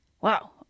Wow